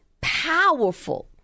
powerful